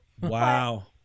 Wow